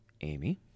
Amy